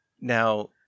Now